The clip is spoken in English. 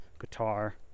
guitar